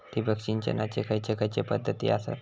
ठिबक सिंचनाचे खैयचे खैयचे पध्दती आसत?